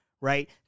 right